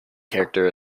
character